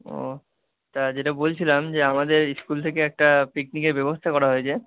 ও তা যেটা বলছিলাম যে আমাদের স্কুল থেকে একটা পিকনিকের ব্যবস্থা করা হয়েছে